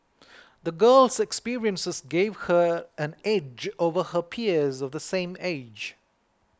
the girl's experiences gave her an edge over her peers of the same age